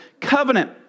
covenant